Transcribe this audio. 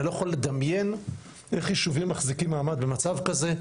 אני לא יכול לדמיין איך יישובים מחזיקים מעמד במצב כזה.